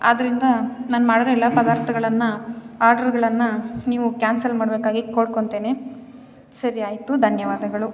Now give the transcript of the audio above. ಆದ್ದರಿಂದ ನಾನು ಮಾಡಿರೋ ಎಲ್ಲ ಪದಾರ್ಥಗಳನ್ನು ಆಡ್ರ್ಗಳನ್ನು ನೀವು ಕ್ಯಾನ್ಸಲ್ ಮಾಡಬೇಕಾಗಿ ಕೋರ್ಕೊಳ್ತೇನೆ ಸರಿ ಆಯಿತು ಧನ್ಯವಾದಗಳು